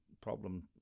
Problem